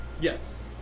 Yes